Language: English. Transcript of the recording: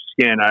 skin